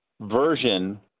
version